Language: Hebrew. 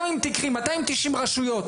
גם אם תיקחי 290 רשויות,